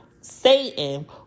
Satan